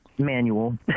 manual